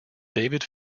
david